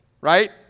right